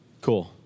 cool